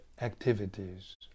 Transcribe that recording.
activities